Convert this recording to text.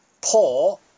Paul